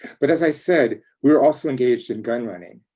but, as i said, we were also engaged in gunrunning.